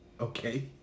okay